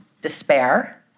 despair